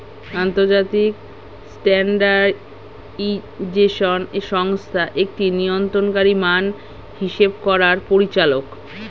আন্তর্জাতিক স্ট্যান্ডার্ডাইজেশন সংস্থা একটি নিয়ন্ত্রণকারী মান হিসেব করার পরিচালক